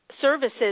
services